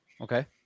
Okay